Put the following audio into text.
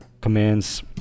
commands